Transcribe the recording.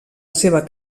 seva